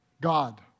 God